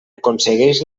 aconsegueix